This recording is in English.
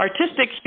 artistic